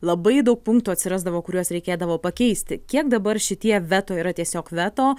labai daug punktų atsirasdavo kuriuos reikėdavo pakeisti kiek dabar šitie veto yra tiesiog veto